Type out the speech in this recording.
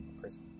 prison